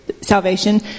salvation